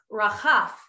rachaf